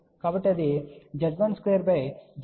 కాబట్టి అది Z12ZL12 మరియు Z12 502 అంటే 70